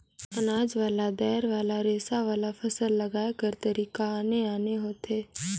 अनाज वाला, दायर वाला, रेसा वाला, फसल लगाए कर तरीका आने आने होथे